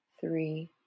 three